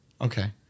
Okay